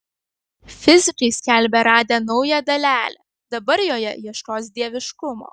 fizikai skelbia radę naują dalelę dabar joje ieškos dieviškumo